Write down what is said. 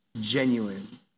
genuine